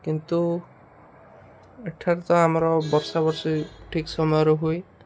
କିନ୍ତୁ ଏଠାରେ ତ ଆମର ବର୍ଷା ବର୍ଷୀ ଠିକ୍ ସମୟରେ ହୁଏ